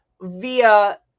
via